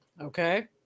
Okay